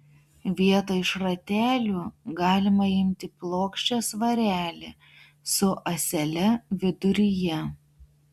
vietoj šratelių galima imti plokščią svarelį su ąsele viduryje